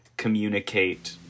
communicate